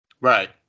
Right